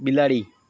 બિલાડી